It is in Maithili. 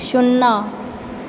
सुन्ना